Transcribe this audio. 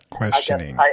questioning